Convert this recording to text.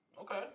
Okay